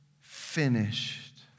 finished